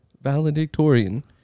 Valedictorian